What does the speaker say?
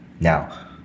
now